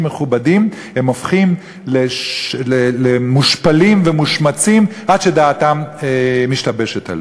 מכובדים הם הופכים למושפלים ומושמצים עד שדעתם משתבשת עליהם.